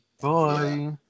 Bye